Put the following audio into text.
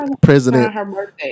President